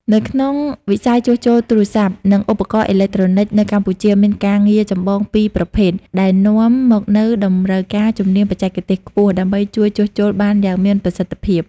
នៅក្នុងវិស័យជួសជុលទូរស័ព្ទ និងឧបករណ៍អេឡិចត្រូនិចនៅកម្ពុជា មានការងារចម្បងពីរប្រភេទ ដែលនាំមកនូវតម្រូវការជំនាញបច្ចេកទេសខ្ពស់ ដើម្បីអាចជួសជុលបានយ៉ាងមានប្រសិទ្ធភាព។